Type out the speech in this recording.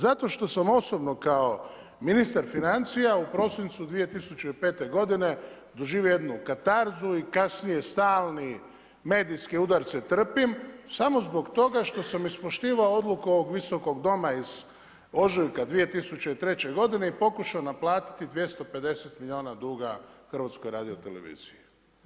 Zato što sam osobno kao ministar financija u prosincu 2005. godine doživio jednu katarzu i kasnije stalni medijske udarce trpim samo zbog toga što sam ispoštivao odluku ovog Visokog doma iz ožujka 2003. godine i pokušao naplatiti 250 milijuna duga HRT-a.